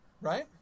right